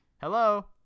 Hello